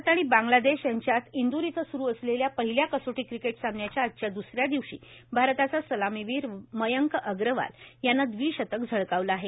भारत आणि बांगलादेश यांच्यात इंदूर इथं सूरु असलेल्या पहिल्या कसोटी क्रिकेट सामन्याच्या आजच्या दुस या दिवशी भारताचा सलामीवीर मयंक अग्रवाल यानं दविशतक झळकावलं आहे